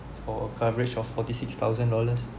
for coverage of forty six thousand dollars